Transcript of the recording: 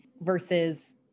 versus